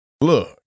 Look